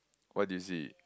what did you see